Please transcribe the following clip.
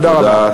תודה רבה.